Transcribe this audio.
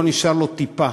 לא נשארה לו טיפה,